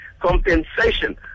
compensation